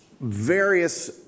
various